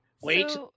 wait